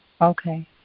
Okay